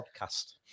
podcast